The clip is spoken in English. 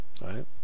Right